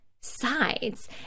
sides